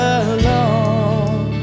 alone